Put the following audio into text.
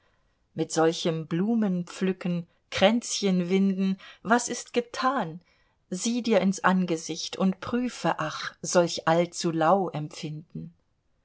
mit solchem blumenpflücken kränzchenwinden was ist getan sieh dir ins angesicht und prüfe ach solch allzu lau empfinden